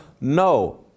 no